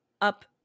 up